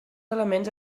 elements